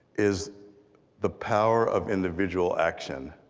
is the power of individual action,